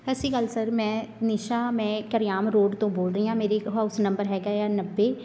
ਸਤਿ ਸ਼੍ਰੀ ਅਕਾਲ ਸਰ ਮੈਂ ਨਿਸ਼ਾ ਮੈਂ ਕਰਿਆਮ ਰੋਡ ਤੋਂ ਬੋਲ ਰਹੀ ਹਾਂ ਮੇਰੀ ਇੱਕ ਹਾਊਸ ਨੰਬਰ ਹੈਗਾ ਆ ਨੱਬੇ